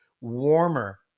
warmer